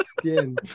skin